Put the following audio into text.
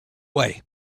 way